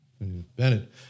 Bennett